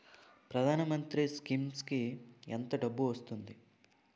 ప్రధాన మంత్రి స్కీమ్స్ కీ ఎంత డబ్బు వస్తుంది?